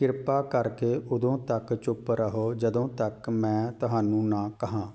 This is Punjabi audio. ਕਿਰਪਾ ਕਰਕੇ ਉਦੋਂ ਤੱਕ ਚੁੱਪ ਰਹੋ ਜਦੋਂ ਤੱਕ ਮੈਂ ਤੁਹਾਨੂੰ ਨਾ ਕਹਾਂ